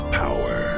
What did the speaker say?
power